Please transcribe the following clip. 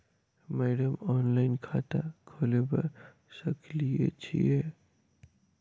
Madam online खाता खोलबा सकलिये छीयै?